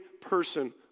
person